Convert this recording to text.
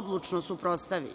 odlučno suprotstavi.